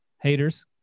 haters